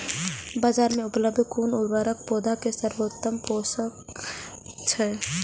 बाजार में उपलब्ध कुन उर्वरक पौधा के सर्वोत्तम पोषक अछि?